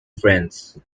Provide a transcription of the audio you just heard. friends